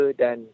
dan